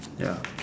ya